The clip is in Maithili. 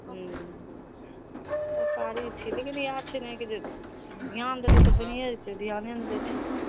हूँ सरकारी छै लेकिन इएह छै ने जे ध्यान देतै तऽ बनिये जेतै ध्याने नहि दै छै